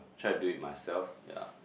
try to do it myself yea